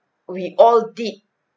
we all did